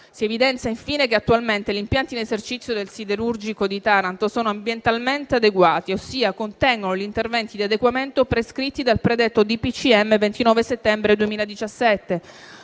Si evidenzia infine che attualmente gli impianti in esercizio del siderurgico di Taranto sono ambientalmente adeguati, ossia contengono gli interventi di adeguamento prescritti dal predetto decreto